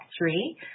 three